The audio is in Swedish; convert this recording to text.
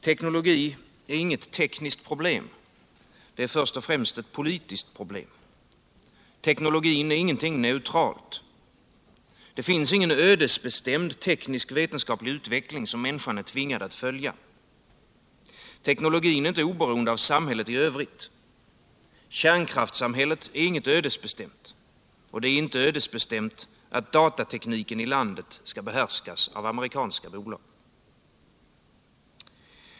Teknologi är inget tekniskt problem, det är först och främst ett politiskt problem. Teknologin är ingenting neutralt. Det finns ingen ödesbestämd teknisk-vetenskaplig utveckling som människan är tvingad att följa. Teknologin är inte oberoende av samhället i övrigt. Kärnkraftssamhället är inget ödesbestämt. Det är inte ödesbestämt att datatekniken i landet skall behärskas av amerikanska bolag.